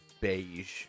beige